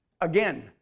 Again